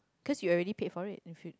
cause you already paid for it if you